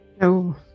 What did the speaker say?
No